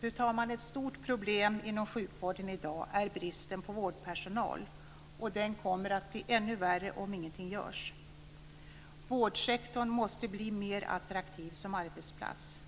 Fru talman! Ett stort problem inom sjukvården i dag är bristen på vårdpersonal, och den kommer att bli ännu värre om ingenting görs. Vårdsektorn måste bli mer attraktiv som arbetsplats.